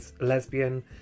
lesbian